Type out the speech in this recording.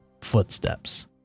footsteps